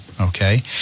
okay